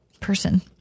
person